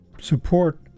support